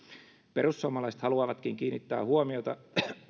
perussuomalaiset haluavatkin kiinnittää huomiota